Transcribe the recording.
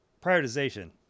Prioritization